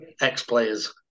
ex-players